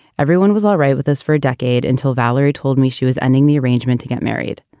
everyone was all right with us for a decade until valerie told me she was ending the arrangement to get married.